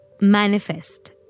manifest